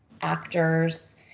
actors